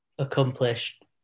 accomplished